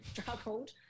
struggled